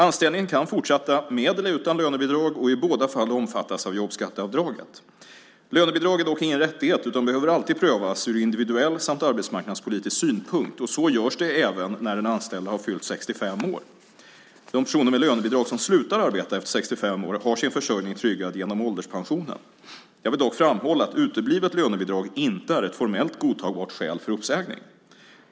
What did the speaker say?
Anställningen kan fortsätta med eller utan lönebidrag och i båda fall omfattas av jobbskatteavdraget. Lönebidrag är dock ingen rättighet utan behöver alltid prövas ur individuell samt arbetsmarknadspolitisk synpunkt, och så görs det även när den anställde har fyllt 65 år. De personer med lönebidrag som slutar arbeta efter 65 år har sin försörjning tryggad genom ålderspensionen. Jag vill dock framhålla att uteblivet lönebidrag inte är ett formellt godtagbart skäl för uppsägning.